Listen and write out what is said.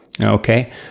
okay